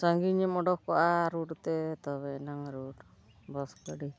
ᱥᱟᱺᱜᱤᱧᱮᱢ ᱚᱰᱚᱠᱚᱜᱼᱟ ᱨᱳᱰ ᱛᱮ ᱛᱚᱵᱮ ᱮᱱᱟᱝ ᱨᱳᱰ ᱵᱟᱥ ᱜᱟᱹᱰᱤ